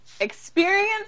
experience